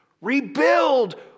Rebuild